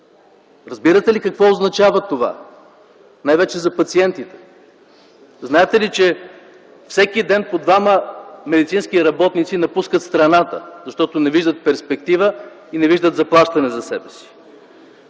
Разбирате ли какво означава това най-вече за пациентите? Знаете ли, че всеки ден по двама медицински работници напускат страната, защото не виждат перспектива и не виждат заплащане за себе си?